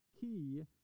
key